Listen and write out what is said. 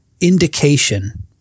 indication